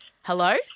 Hello